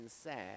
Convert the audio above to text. sad